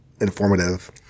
informative